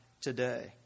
today